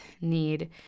need